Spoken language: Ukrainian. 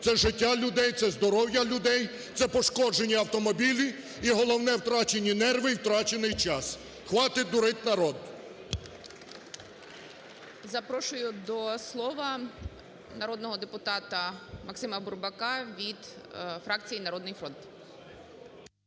це життя людей, це здоров'я людей, це пошкодження автомобілів і, головне, втрачені нерви і втрачений час. Хватить дурить народ!